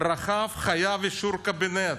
רחב חייב אישור קבינט.